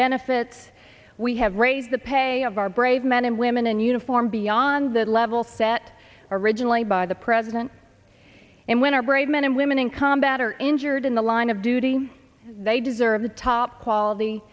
benefits we have raised the pay of our brave men and women in uniform beyond that level set originally by the president and when our brave men and women in combat are injured in the line of duty they deserve the top quality